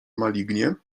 malignie